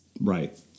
Right